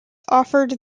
offered